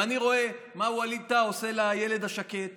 ואני רואה מה ווליד טאהא עושה לילד השקט